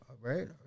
Right